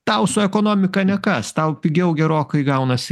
tau su ekonomika nekas tau pigiau gerokai gaunasi